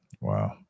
Wow